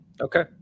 Okay